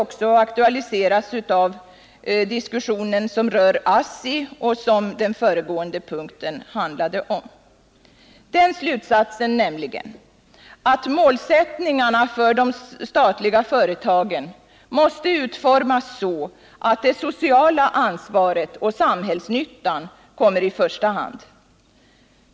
också aktualiserats i diskussionen om ASSI under föregående punkt. Den slutsatsen är att målsättningarna för de statliga företagen måste utformas så att det sociala ansvaret och samhällsnyttan kommer i första hand.